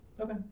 okay